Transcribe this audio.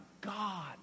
God